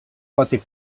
gòtic